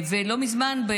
ולא מזמן,